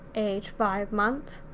age five months